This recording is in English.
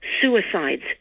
suicides